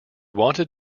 wanted